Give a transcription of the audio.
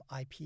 IP